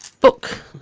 book